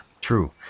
True